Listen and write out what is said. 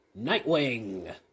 Nightwing